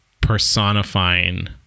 personifying